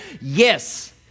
yes